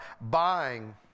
buying